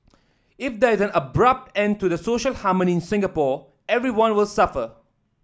if there is an abrupt end to the social harmony in Singapore everyone will suffer